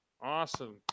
Awesome